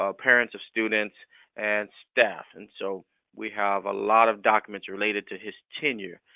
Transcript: ah parents of students and staff. and so we have a lot of documents related to his tenure,